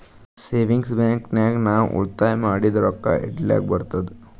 savings bank ನಾಗ್ ನಾವ್ ಉಳಿತಾಯ ಮಾಡಿದು ರೊಕ್ಕಾ ಇಡ್ಲಕ್ ಬರ್ತುದ್